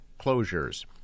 closures